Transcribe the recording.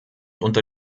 unter